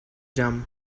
dumb